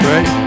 Right